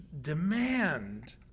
demand